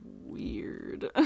weird